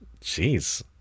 Jeez